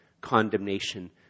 condemnation